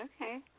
Okay